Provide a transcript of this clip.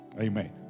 Amen